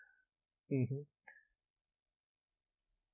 mmhmm